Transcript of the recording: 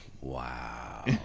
Wow